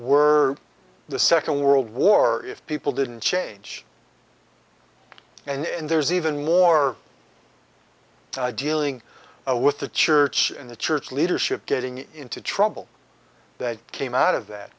were the second world war if people didn't change and there's even more dealing with the church and the church leadership getting into trouble that came out of that